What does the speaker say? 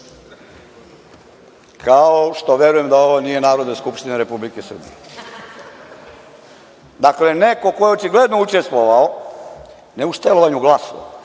kao što verujem da ovo nije Narodna skupština Republike Srbije. Dakle, neko ko je očigledno učestvovao ne uštelovanju glasova,